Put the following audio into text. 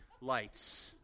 lights